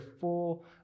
full